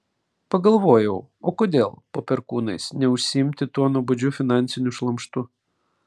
pagalvojau o kodėl po perkūnais neužsiimti tuo nuobodžiu finansiniu šlamštu